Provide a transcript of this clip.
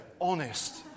Honest